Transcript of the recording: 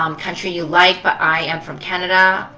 um country you like but i am from canada.